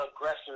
aggressor